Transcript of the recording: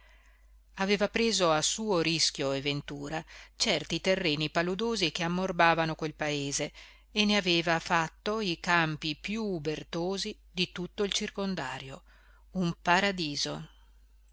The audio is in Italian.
aveva preso a suo rischio e ventura certi terreni paludosi che ammorbavano quel paese e ne aveva fatto i campi piú ubertosi di tutto il circondario un paradiso